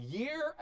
year